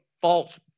false